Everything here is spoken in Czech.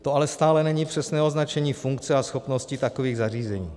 To ale stále není přesné označení funkce a schopnosti takových zařízení.